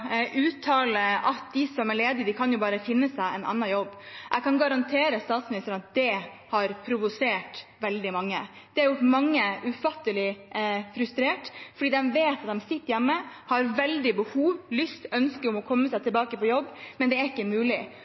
at de som er ledige, bare kan finne seg en annen jobb. Jeg kan garantere statsministeren at det har provosert veldig mange. Det har gjort mange ufattelig frustrert, for de vet at de sitter hjemme, har veldig behov for, lyst til og ønske om å komme seg tilbake på jobb, men det er ikke mulig.